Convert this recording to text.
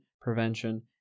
prevention